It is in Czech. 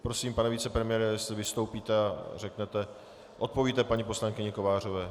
Prosím, pane vicepremiére, jestli vystoupíte a odpovíte paní poslankyni Kovářové.